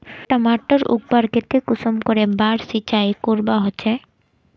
टमाटर उगवार केते कुंसम करे बार सिंचाई करवा होचए?